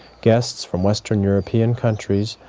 guests from western european countries,